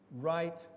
right